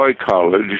College